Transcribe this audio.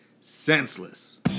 senseless